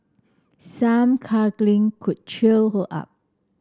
some cuddling could cheer her up